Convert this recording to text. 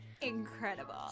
Incredible